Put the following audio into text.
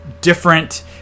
different